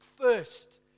first